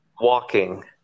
Walking